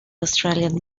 australian